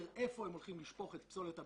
איפה הן הולכות לשפוך את פסולת הבניין,